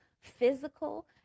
physical